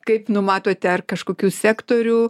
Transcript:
kaip numatote ar kažkokių sektorių